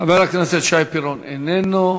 חבר הכנסת שי פירון, איננו.